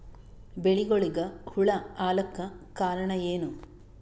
ಬೆಳಿಗೊಳಿಗ ಹುಳ ಆಲಕ್ಕ ಕಾರಣಯೇನು?